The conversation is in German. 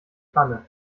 pfanne